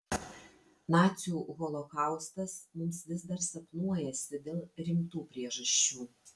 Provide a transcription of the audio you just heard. nacių holokaustas mums vis dar sapnuojasi dėl rimtų priežasčių